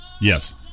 Yes